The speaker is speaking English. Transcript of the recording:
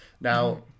Now